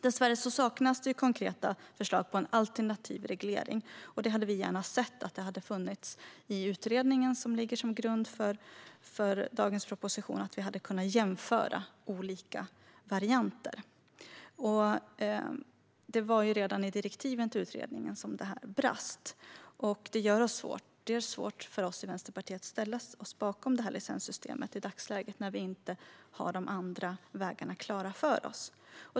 Dessvärre saknas konkreta förslag på alternativ reglering, vilket vi gärna hade sett att det fanns i utredningen som ligger till grund för dagens proposition så att vi hade kunnat jämföra olika varianter. Det var redan i direktiven till utredningen som det här brast. Det gör det svårt för oss i Vänsterpartiet att ställa oss bakom det här licenssystemet i dagsläget eftersom vi inte har de andra vägarna klara för oss.